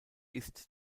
ist